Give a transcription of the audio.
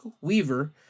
weaver